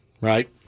right